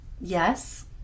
yes